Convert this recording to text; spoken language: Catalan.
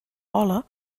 hola